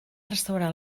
restaurar